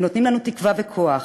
הם נותנים לנו תקווה וכוח.